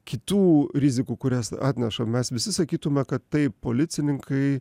kitų rizikų kurias atneša mes visi sakytume kad taip policininkai